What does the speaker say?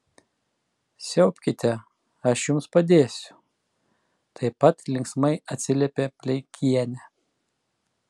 siaubkite aš jums padėsiu taip pat linksmai atsiliepė pleikienė